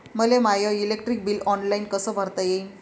मले my electric bill online कस भरता येईन?